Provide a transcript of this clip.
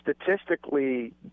statistically